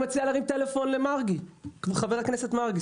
אני מציע להרים טלפון לחבר הכנסת מרגי,